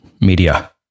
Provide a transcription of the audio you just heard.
Media